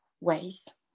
ways